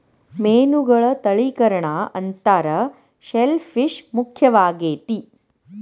ಮೇನುಗಳ ತಳಿಕರಣಾ ಅಂತಾರ ಶೆಲ್ ಪಿಶ್ ಮುಖ್ಯವಾಗೆತಿ